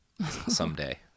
someday